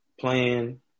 playing